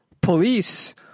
police